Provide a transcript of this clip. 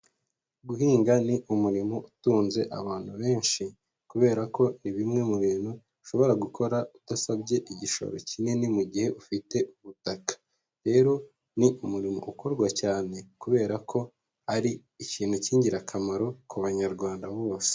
Guhinga ni umurimo utunze abantu benshi, kubera ko ni bimwe mu bintu ushobora gukora udasabye igishoro kinini, mu gihe ufite ubutaka, rero ni umurimo ukorwa cyane kubera ko ari ikintu k'ingirakamaro ku Banyarwanda bose.